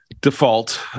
default